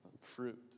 fruit